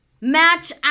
match